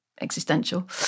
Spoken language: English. existential